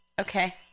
Okay